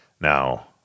Now